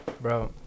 Bro